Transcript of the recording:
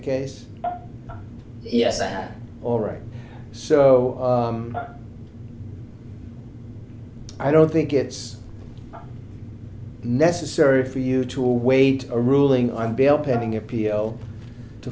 case yes and all right so i don't think it's necessary for you to await a ruling on bail pending appeal to